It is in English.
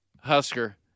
Husker